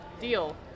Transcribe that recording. deal